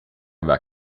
aveva